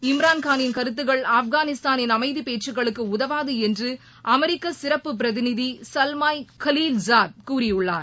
இம்ரான்காளின் கருத்துகள் ஆப்காளிஸ்தாளின் அமைதிபேச்சுகளுக்குஉதவாதுஎன்றுஅமெரிக்கசிறப்பு பிரதிநிதிசல்மாய் காலில்ஸாத் கூறியுள்ளார்